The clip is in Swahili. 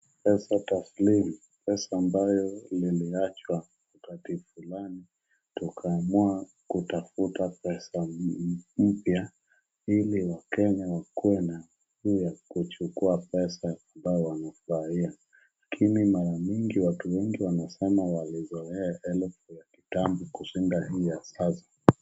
Pesa taslimu, pesa ambayo iliachwa wakati fulani tukaamua kutafuta pesa mpya ili wakenya wakuwe na moyo wa kuchukua pesa ambayo wanafurahia, lakini mara mingi watu wengi wanasema wamezoea elfu ya kitambo kushinda hii ya sasa.